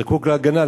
זקוק להגנה.